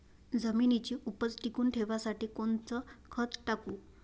जमिनीची उपज टिकून ठेवासाठी कोनचं खत टाकू?